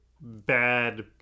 bad